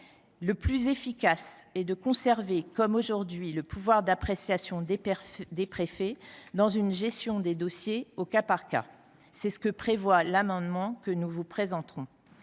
la plus efficace est de conserver, comme aujourd’hui, le pouvoir d’appréciation des préfets dans une gestion des dossiers au cas par cas. C’est ce à quoi que tend l’amendement que nous vous présenterons.